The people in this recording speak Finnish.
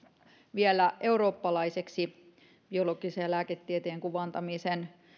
vielä eurooppalaiseksi biologisen ja lääketieteellisen kuvantamisen